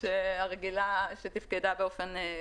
הרגילה שתפקדה באופן